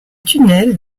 tunnel